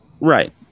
right